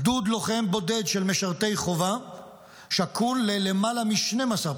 גדוד לוחם בודד של משרתי חובה שקול ללמעלה מ-12,